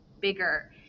bigger